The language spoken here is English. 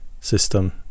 system